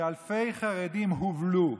שאלפי חרדים הובלו.